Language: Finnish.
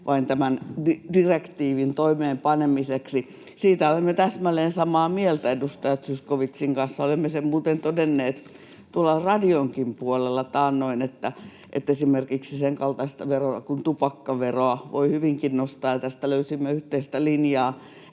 vain tämän direktiivin toimeenpanemiseksi. Siitä olemme täsmälleen samaa mieltä edustaja Zyskowiczin kanssa — olemme sen muuten todenneet tuolla radionkin puolella taannoin — että esimerkiksi sen kaltaista veroa kuin tupakkaveroa voi hyvinkin nostaa. Tästä löysimme yhteistä linjaa.